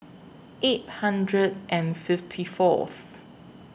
eight hundred and fifty Fourth